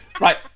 right